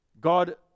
god